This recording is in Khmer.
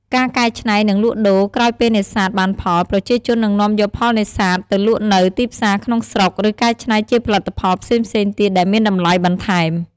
ការកែច្នៃ និងលក់ដូរ ក្រោយពេលនេសាទបានផល ប្រជាជននឹងនាំយកផលនេសាទទៅលក់នៅ ទីផ្សារក្នុងស្រុក ឬកែច្នៃជាផលិតផលផ្សេងៗទៀតដែលមានតម្លៃបន្ថែម។